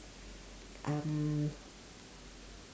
um